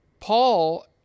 Paul